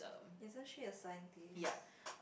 isn't she a scientist